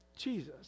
Jesus